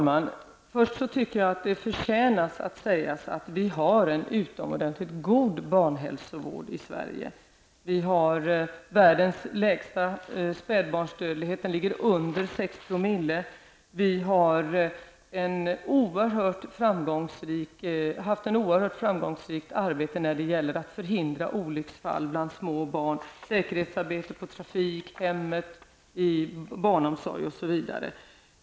Fru talman! Jag tycker att det förtjänar att sägas att vi i Sverige har en utomordentligt god barnhälsovård. Vi har världens lägsta spädbarnsdödlighet; den ligger under 6 ". Vi har bedrivit ett oerhört framgångsrikt arbete för att förhindra olycksfall bland små barn i form av säkerhetsarbete på trafikområdet, i hemmen, inom barnomsorgen, osv.